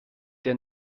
der